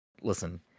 listen